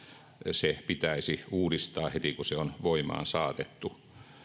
se pitäisi uudistaa heti kun se on voimaan saatettu